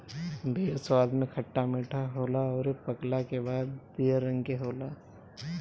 बेर स्वाद में खट्टा मीठा होला अउरी पकला के बाद पियर रंग के होला